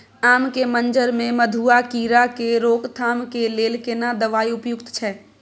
आम के मंजर में मधुआ कीरा के रोकथाम के लेल केना दवाई उपयुक्त छै?